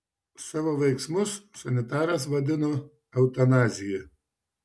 savo veiksmus sanitaras vadino eutanazija